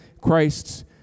Christ's